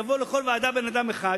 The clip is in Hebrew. יבוא לכל ועדה בן-אדם אחד,